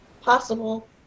possible